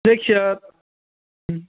जायखिजाया